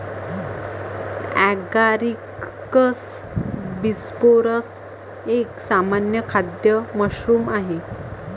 Agaricus bisporus एक सामान्य खाद्य मशरूम आहे